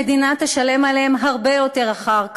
המדינה תשלם עליהם הרבה יותר אחר כך,